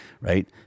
right